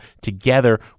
together